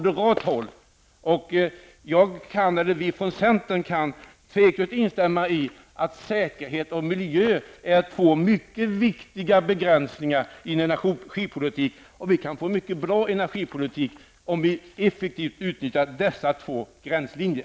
Tidigare har jag dock hört även moderaterna tala om miljö. Vi från centern kan tveklöst instämma i att säkerhet och miljö är två mycket viktiga begränsningar i energipolitiken. Vi kan få en mycket bra energipolitik, om vi effektivt utnyttjar dessa två gränslinjer.